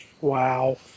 Wow